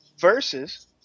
Versus